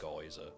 guys